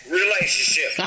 relationship